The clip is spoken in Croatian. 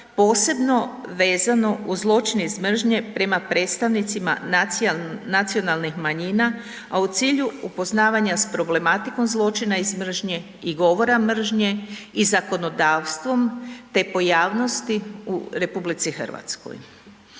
posebno vezano uz zločin iz mržnje prema predstavnicima nacionalnih manjina, a u cilju upoznavanja s problematikom zločina iz mržnje i govora mržnje i zakonodavstvom, te pojavnosti u RH.